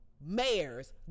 mayors